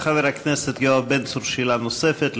חבר הכנסת יואב בן צור, שאלה נוספת.